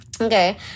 Okay